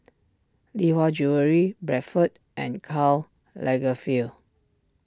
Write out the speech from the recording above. Lee Hwa Jewellery Bradford and Karl Lagerfeld